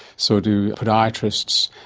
so do podiatrists,